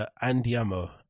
Andiamo